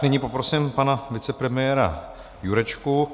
Nyní poprosím pana vicepremiéra Jurečku.